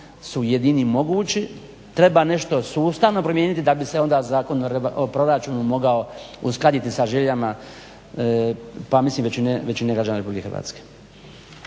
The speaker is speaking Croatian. su jedini mogući. Treba nešto sustavno promijeniti da bi se onda Zakon o proračunu mogao uskladiti sa željama pa mislim većine građana RH.